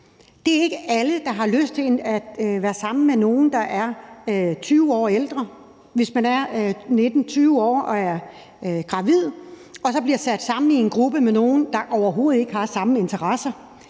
Det er ikke alle, der har lyst til at være sammen med nogen, der er 20 år ældre – hvis man er 19 eller 20 år og er gravid og så bliver sat sammen i en gruppe med nogen, der overhovedet ikke har samme interesser,